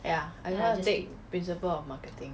ya I just want to take principle of marketing